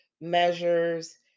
measures